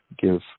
give